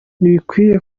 ntibikwiye